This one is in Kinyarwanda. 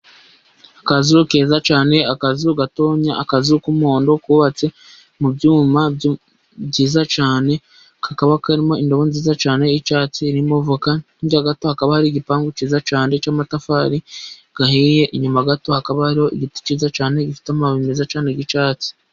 Akazu keza cyane, akazu gatoya, akazu k'umuhondo kubatse mu byuma byiza cyane, kakaba karimo indobo nziza cyane y'icyatsi irimo voka, hirya gato hakaba hari igipangu kiza cyane cy'amatafari ahiye, inyuma gato hakaba ari igiti kiza cyane gifite amababi meza cyane y'icyatsi.